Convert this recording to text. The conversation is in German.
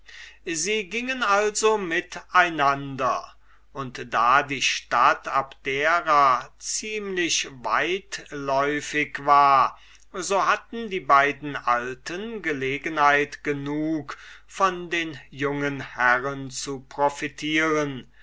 sie gingen also mit einander und da die stadt abdera ziemlich weitläufig war so hatten die beiden alten gelegenheit genug von den jungen herren zu profitieren